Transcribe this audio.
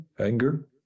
anger